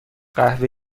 قهوه